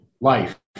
life